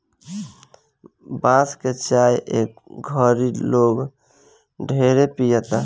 बांस के चाय ए घड़ी लोग ढेरे पियता